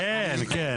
נכון?